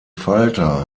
falter